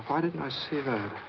why didn't i see that?